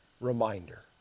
reminder